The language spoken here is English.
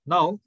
Now